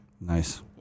Nice